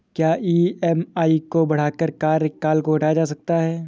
क्या ई.एम.आई को बढ़ाकर कार्यकाल को घटाया जा सकता है?